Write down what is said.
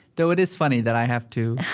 though it is funny that i have to,